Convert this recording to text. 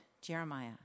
Jeremiah